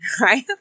right